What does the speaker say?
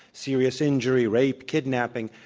serious injury, rape, kidnapping,